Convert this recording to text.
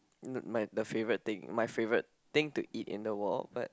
m~ my the favourite thing my favourite thing to eat in the world but